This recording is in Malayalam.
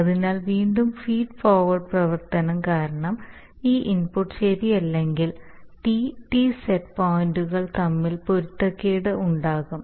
അതിനാൽ വീണ്ടും ഫീഡ് ഫോർവേർഡ് പ്രവർത്തനം കാരണം ഈ ഇൻപുട്ട് ശരിയല്ലെങ്കിൽ T T സെറ്റ് പോയിൻറുകൾ തമ്മിൽ പൊരുത്തക്കേട് ഉണ്ടാകും